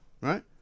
right